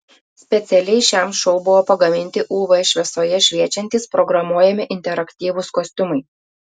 specialiai šiam šou buvo pagaminti uv šviesoje šviečiantys programuojami interaktyvūs kostiumai